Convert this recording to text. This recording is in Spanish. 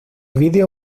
vídeo